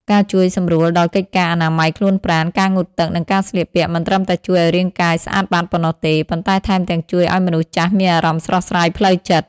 ការជួយសម្រួលដល់កិច្ចការអនាម័យខ្លួនប្រាណ ការងូតទឹក និងការស្លៀកពាក់ មិនត្រឹមតែជួយឱ្យរាងកាយស្អាតបាតប៉ុណ្ណោះទេ ប៉ុន្តែថែមទាំងជួយឱ្យមនុស្សចាស់មានអារម្មណ៍ស្រស់ស្រាយផ្លូវចិត្ត។